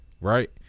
right